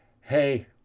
Hey